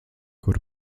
kur